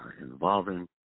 involving